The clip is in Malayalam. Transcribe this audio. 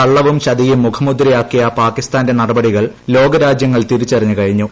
കള്ളവും ചതിയും മുഖമുദ്രയാക്കിയ പാകിസ്ഥാന്റെ നടപടികൾ ലോകരാജ്യങ്ങൾ തിരിച്ചറിഞ്ഞു കഴിഞ്ഞു